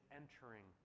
entering